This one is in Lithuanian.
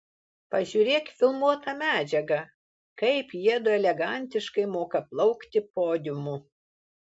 pažiūrėk filmuotą medžiagą kaip jiedu elegantiškai moka plaukti podiumu